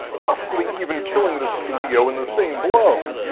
possibly even killing the studio in the same blow.